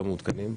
לא מעודכנים?